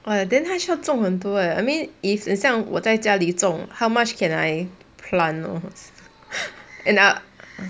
!wah! then 他需要种很多 leh I mean if 很像我在家里种 how much can I plant